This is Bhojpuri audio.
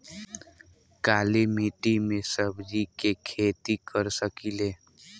काली मिट्टी में सब्जी के खेती कर सकिले?